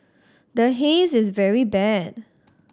the Haze is very bad